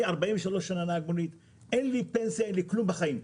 אני 43 שנים נהג מונית אין לי פנסיה ואין לי כלום בחיים.